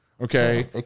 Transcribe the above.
Okay